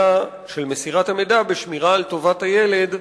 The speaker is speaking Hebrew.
של מסירת המידע בשמירה על טובת הילד,